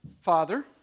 father